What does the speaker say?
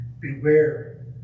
Beware